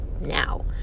now